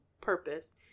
purpose